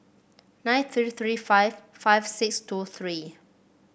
nine three three five five six two three